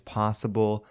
possible